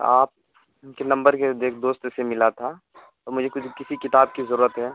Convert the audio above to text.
آپ ان کے نمبر کے ایک دوست سے ملا تھا تو مجھے کچھ کسی کتاب کی ضرورت ہے